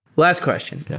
last question, yeah